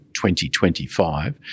2025